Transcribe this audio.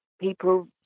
people